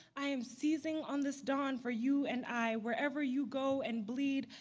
i am seizing on this dawn for you and i. wherever you go and bleed,